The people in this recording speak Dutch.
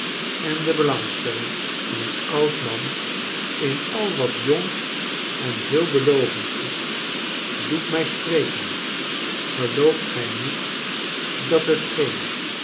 en de belangstelling van een oud man in al wat jongen veelbelovend is doet mij spreken gelooft gij niet dat hetgeen